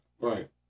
Right